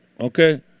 Okay